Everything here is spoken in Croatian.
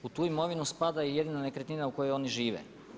U tu imovinu spada i jedina nekretnina u kojoj oni žive.